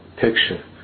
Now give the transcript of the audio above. picture